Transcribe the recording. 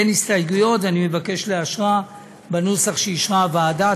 ואני מבקש לאשרה בנוסח שאישרה הוועדה.